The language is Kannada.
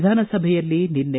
ವಿಧಾನಸಭೆಯಲ್ಲಿ ನಿನ್ನೆ